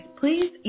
please